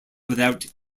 without